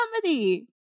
comedy